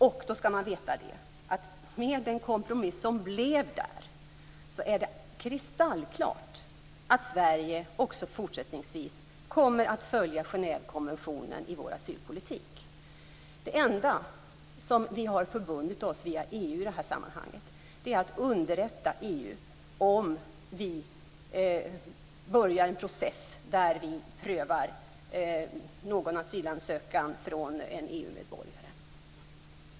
Man skall då veta att med kompromissen är det kristallklart att vi i Sverige också fortsättningsvis kommer att följa Genèvekonventionen i vår asylpolitik. Det enda som vi har förbundit oss till via EU i det här sammanhanget är att underrätta EU om vi börjar en process där vi prövar en asylansökan från en EU-medborgare.